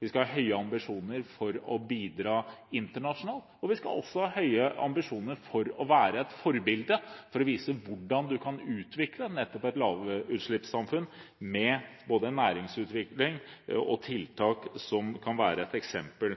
vi skal ha høye ambisjoner for å bidra internasjonalt, og vi skal også ha høye ambisjoner for å være et forbilde for å vise hvordan man kan utvikle et lavutslippssamfunn med både næringsutvikling og tiltak som kan være et eksempel